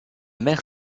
maire